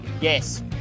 yes